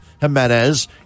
Jimenez